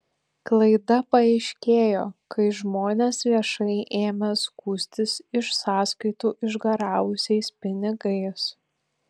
klaida paaiškėjo kai žmonės viešai ėmė skųstis iš sąskaitų išgaravusiais pinigais